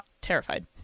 Terrified